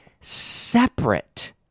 separate